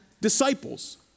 disciples